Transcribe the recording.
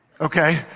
Okay